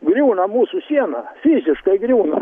griūna mūsų siena fiziškai griūna